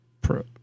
Pro